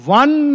one